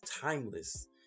timeless